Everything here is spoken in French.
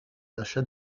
l’achat